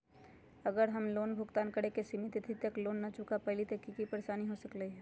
अगर हम लोन भुगतान करे के सिमित तिथि तक लोन न चुका पईली त की की परेशानी हो सकलई ह?